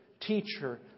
teacher